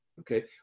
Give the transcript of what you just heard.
Okay